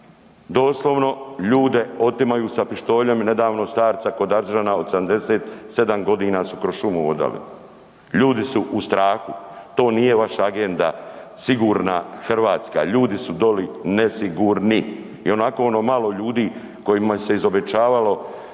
Doslovno ljude otimaju sa pištoljem i nedavno starca kod Aržana od 77 godina su kroz šumu vodali. Ljudi su u strahu, to nije vaša agenda sigurna Hrvatska, ljudi su doli nesigurni. I onako ono malo ljudi kojima se izobećavalo